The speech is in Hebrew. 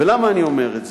ולמה אני אומר את זה?